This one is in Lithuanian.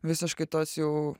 visiškai tos jau